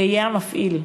זה יהיה המפעיל.